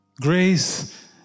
grace